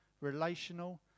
relational